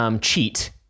Cheat